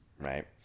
right